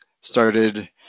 started